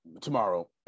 tomorrow